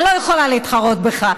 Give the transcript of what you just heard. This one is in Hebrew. אני לא יכולה להתחרות בך,